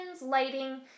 lighting